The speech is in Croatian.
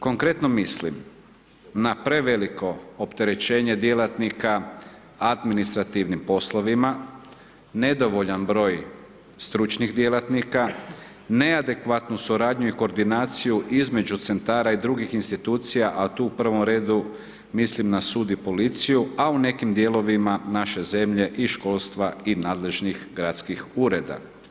Konkretno mislim na prevelike opterećenje djelatnika administrativnim poslovima, nedovoljan broj stručnih djelatnika, neadekvatnu suradnju i koordinaciju između centara i drugih institucija a tu u prvom redu mislim na sud i policiju a u nekim dijelovima naše zemlje i školstva i nadležnih gradskih ureda.